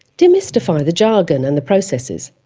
demystify the jargon and the processes.